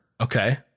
Okay